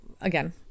again